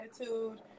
attitude